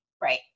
Right